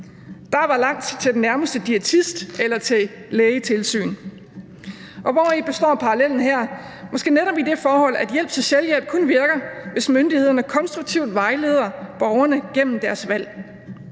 Der var langt til den nærmeste diætist eller til et lægetilsyn. Hvori består parallellen her? Måske netop i det forhold, at hjælp til selvhjælp kun virker, hvis myndighederne konstruktivt vejleder borgerne gennem deres valg.